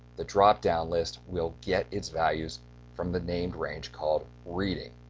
the drop-down list will get its values from the named range called reading.